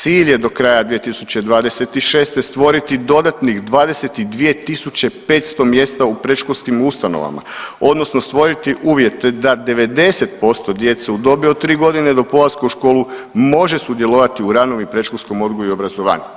Cilj je do kraja 2026. stvoriti dodatnih 22 500 mjesta u predškolskim ustanovama, odnosno stvoriti uvjete da 90% djece u dobi od tri godine do polaska u školu može sudjelovati u ranom i predškolskom odgoju i obrazovanju.